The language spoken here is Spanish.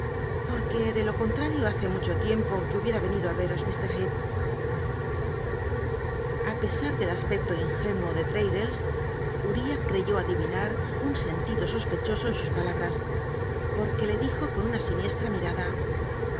porque de lo contrario hace mucho liempo que hubiera y enido i y eros mr heep a pesar del aspecto ingénuo de r adc lles ul'iah r tcyó adivinar un sentido sospechoso en sus l alalnas porque le dijo con una siniesha